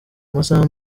amasaha